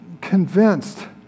convinced